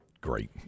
great